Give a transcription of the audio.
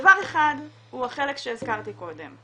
דבר אחד הוא החלק שהזכרתי קודם,